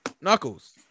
Knuckles